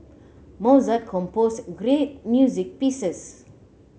Mozart composed great music pieces